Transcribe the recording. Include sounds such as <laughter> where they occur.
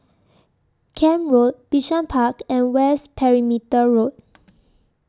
Camp Road Bishan Park and West Perimeter Road <noise>